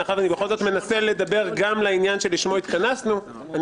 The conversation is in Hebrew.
מאחר שאני בכל זאת מנסה לדבר גם לעניין שלשמו התכנסנו: אני